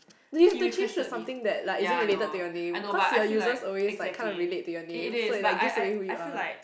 no you have to change to something that like isn't related to your name cause your users always like kind of relate to your name so it like gives away who you are